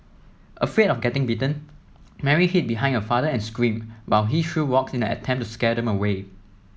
afraid of getting bitten Mary hid behind her father and screamed while he threw rocks in an attempt to scare them away